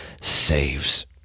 saves